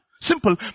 Simple